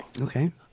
Okay